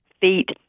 feet